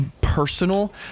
personal